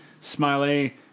Smiley